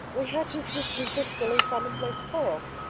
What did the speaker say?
we had just a stupid, silly, commonplace quarrel.